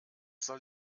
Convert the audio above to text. soll